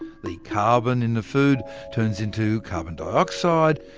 the carbon in the food turns into carbon dioxide,